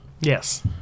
Yes